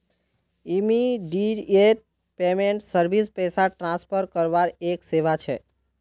immediate payment service पैसा transfer करवार एक सेवा छ